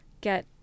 get